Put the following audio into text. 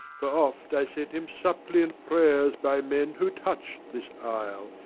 for oft i sent him suppliant prayers by men who touched this isle,